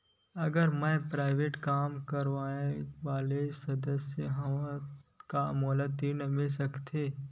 अगर मैं प्राइवेट काम करइया वाला सदस्य हावव का मोला ऋण मिल सकथे?